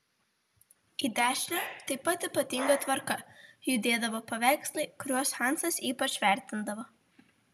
į dešinę taip pat ypatinga tvarka judėdavo paveikslai kuriuos hansas ypač vertindavo